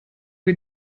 wir